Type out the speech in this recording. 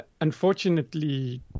Unfortunately